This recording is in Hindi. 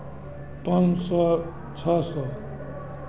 पाँच सौ छः सौ